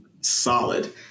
solid